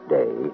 day